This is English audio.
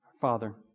Father